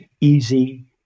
easy